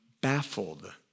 baffled